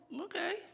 okay